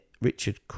Richard